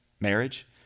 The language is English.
marriage